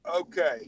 Okay